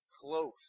close